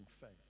faith